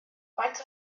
faint